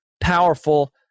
powerful